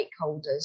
stakeholders